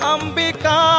Ambika